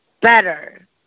better